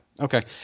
Okay